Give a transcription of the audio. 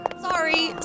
sorry